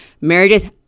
Meredith